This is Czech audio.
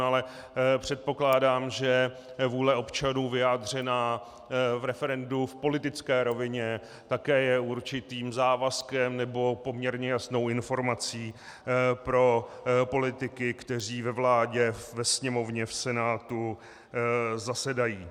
Ale předpokládám, že vůle občanů vyjádřená v referendu v politické rovině také je určitým závazkem nebo poměrně jasnou informací pro politiky, kteří ve vládě, ve Sněmovně, v Senátu zasedají.